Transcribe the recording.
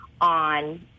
on